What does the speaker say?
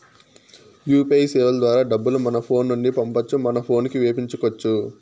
UPI సేవల ద్వారా డబ్బులు మన ఫోను నుండి పంపొచ్చు మన పోనుకి వేపించుకొచ్చు